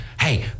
hey